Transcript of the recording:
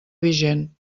vigent